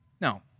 No